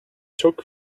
took